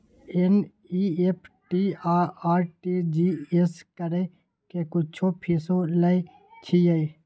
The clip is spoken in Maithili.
एन.ई.एफ.टी आ आर.टी.जी एस करै के कुछो फीसो लय छियै?